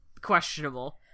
questionable